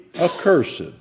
accursed